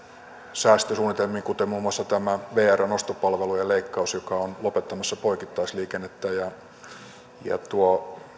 säästösuunnitelmiin kuten muun muassa tämä vrn ostopalvelujen leikkaus joka on lopettamassa poikittaisliikennettä ja tuo